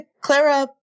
Clara